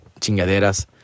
chingaderas